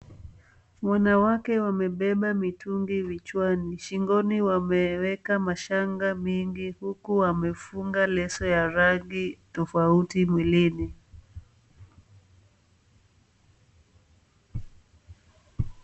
Wanawake wamebeba mitungi vichwani, shingoni wameweka mashanga mingi huku wamefunga leso ya rangi tofauti mwilini.